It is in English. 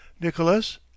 Nicholas